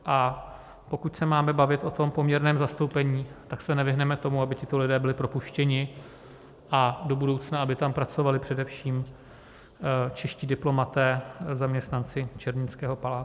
A pokud se máme bavit o poměrném zastoupení, tak se nevyhneme tomu, aby tito lidé byli propuštěni a do budoucna aby tam pracovali především čeští diplomaté, zaměstnanci Černínského paláce.